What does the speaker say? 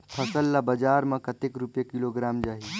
फसल ला बजार मां कतेक रुपिया किलोग्राम जाही?